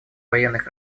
военных